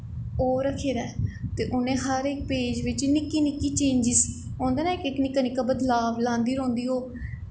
ओह् रक्खे दा ऐ ते उनें हर इक पेज़ बिच्च निक्की निक्की चेंजिस होंदा ना इक निक्का निक्का बदलाव लांदी रौंह्दी ओह्